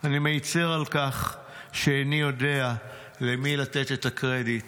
אני מצר על כך שאיני יודע למי לתת את הקרדיט